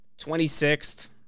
26th